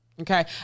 Okay